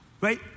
Right